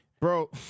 Bro